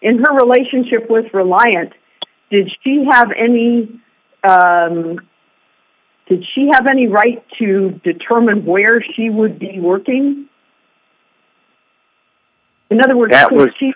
in her relationship with reliant did she have any did she have any right to determine where she would be working in other words that